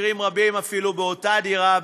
במקרים רבים אפילו באותה דירה,